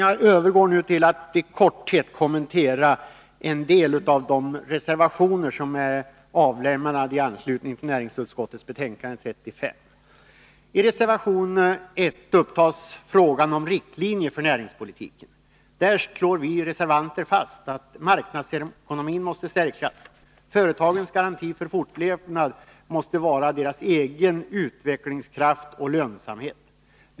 Jag övergår nu till att i korthet kommentera en del av de I reservation 1 upptas frågan om riktlinjer för näringspolitiken. Där slår vi reservanter fast att marknadsekonomin måste stärkas. Företagens garanti för fortlevnad måste vara deras egen utvecklingskraft och lönsamhet.